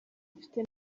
mfite